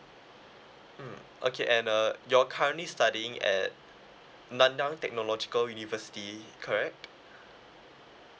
mm okay and uh you're currently studying at nanyang technological university correct